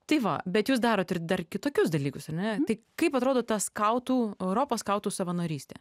tai va bet jūs darot ir dar kitokius dalykus ar ne tai kaip atrodo ta skautų europos skautų savanorystė